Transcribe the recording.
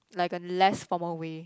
like a less formal way